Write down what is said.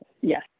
Yes